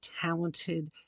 talented